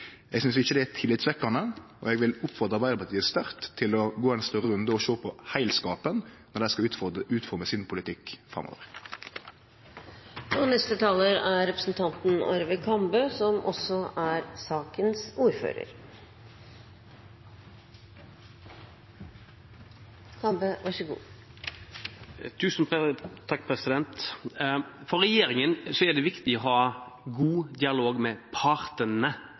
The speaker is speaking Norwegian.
Eg synest ikkje det er tillitvekkjande, og eg vil oppfordre Arbeidarpartiet sterkt til å gå ein større runde og sjå på heilskapen når dei skal utforme politikken sin framover. For regjeringen er